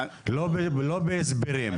לא בהסברים,